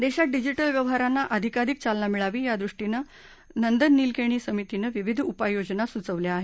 देशात डिजिटल व्यवहारांना अधिकाधिक चालना मिळावी यादृष्टीनं नंदन नीलकेणी समितीनं विविध उपाययोजना सुचवल्या आहेत